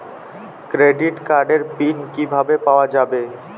Credit কার্ডের pin কিভাবে পাওয়া যাবে?